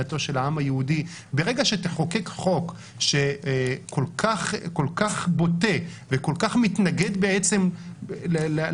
ברגע שתחוקק חוק כל כך בוטה וכל כך מתנגד לעניין